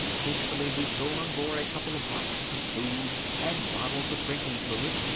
hastily we threw on board a couple of boxes of food and bottles of drinking fluid,